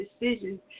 decisions